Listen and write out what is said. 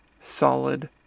solid